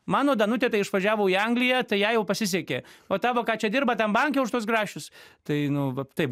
mano danutė tai išvažiavo į angliją tai jai jau pasisekė o tavo ką čia dirba tam banke už tuos grašius tai nu va taip